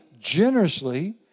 generously